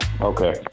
okay